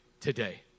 today